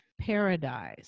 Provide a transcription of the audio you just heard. paradise